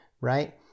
right